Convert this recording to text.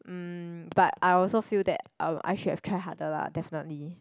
um but I also feel that um I should have tried harder lah definitely